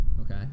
Okay